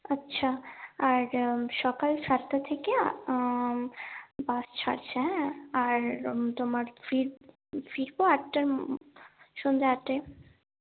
আচ্ছা আর সকাল সাতটা থেকে বাস ছাড়ছে হ্যাঁ আর তোমার ফিরব আটটা সন্ধ্যে আটটায়